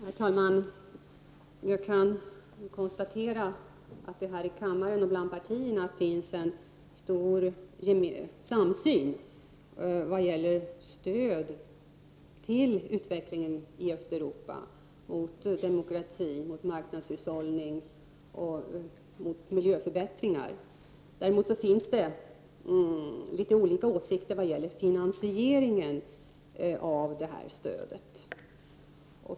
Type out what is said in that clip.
Herr talman! Jag kan konstatera att det här i kammaren och bland partierna finns en samsyn vad gäller stöd till utvecklingen i Östeuropa mot demokrati, marknadshushållning och miljöförbättringar. Däremot finns det litet olika åsikter vad gäller finansieringen av detta stöd.